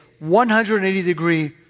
180-degree